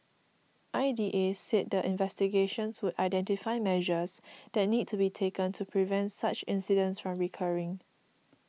I D A said the investigations would identify measures that need to be taken to prevent such incidents from recurring